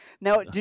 Now